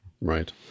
right